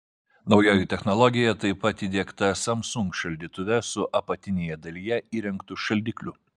naujoji technologija taip pat įdiegta samsung šaldytuve su apatinėje dalyje įrengtu šaldikliu